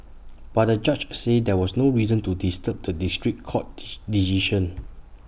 but the judge said there was no reason to disturb the district court's decision